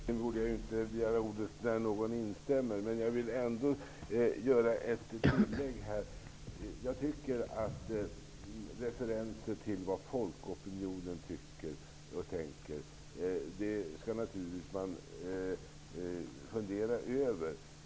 Herr talman! Egentligen borde jag inte begära ordet när någon instämmer. Jag vill ändå göra ett tillägg. Man skall naturligtvis fundera över vad folkopinionen tycker och tänker.